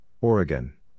Oregon